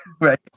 right